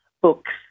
books